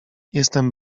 jestem